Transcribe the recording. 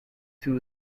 two